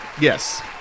Yes